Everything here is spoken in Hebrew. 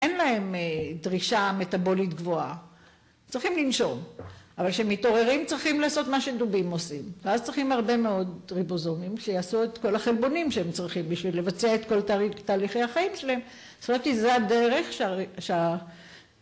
‫אין להם דרישה מטאבולית גבוהה, ‫צריכים לנשום. ‫אבל כשהם מתעוררים, ‫צריכים לעשות מה שדובים עושים. ‫ואז צריכים הרבה מאוד ריבוזומים ‫שיעשו את כל החלבונים ‫שהם צריכים בשביל לבצע ‫את כל תהליכי החיים שלהם. זאת אומרת, זאת הדרך שה...